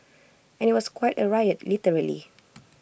and IT was quite A riot literally